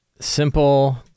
simple